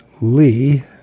Lee